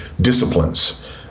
disciplines